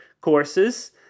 courses